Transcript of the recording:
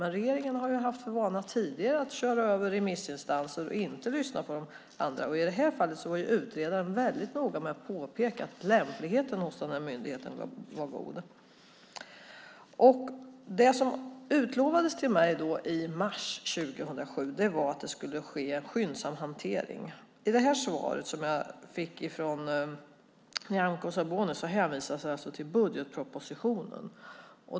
Men regeringen har ju haft för vana tidigare att köra över remissinstanser och inte lyssna på dem, och i det här fallet var utredaren väldigt noga med att påpeka att lämpligheten hos polismyndigheten är god. Det som jag utlovades i mars 2007 var att det skulle ske en skyndsam hantering. I svaret som jag har fått från Nyamko Sabuni hänvisas det till budgetpropositionen.